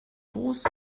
groß